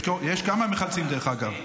יש כמה מחלצים, דרך אגב.